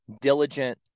diligent